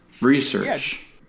research